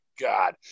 God